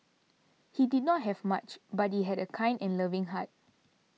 he did not have much but he had a kind and loving heart